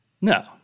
No